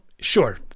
sure